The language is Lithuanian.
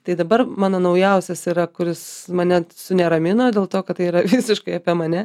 tai dabar mano naujausias yra kuris mane suneramino dėl to kad tai yra visiškai apie mane